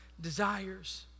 desires